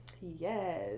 Yes